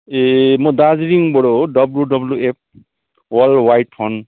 ए म दार्जिलिङबाट हो डब्लुडब्लुएफ वर्ल्ड वाइड फन्ड